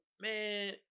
man